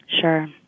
Sure